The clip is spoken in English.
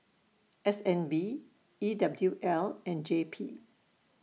S N B E W L and J P